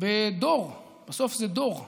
בסוף זה דור שעלול,